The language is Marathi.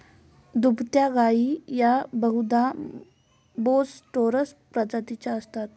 दुभत्या गायी या बहुधा बोस टोरस प्रजातीच्या असतात